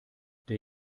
der